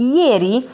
ieri